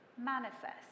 manifest